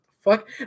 fuck